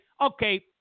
okay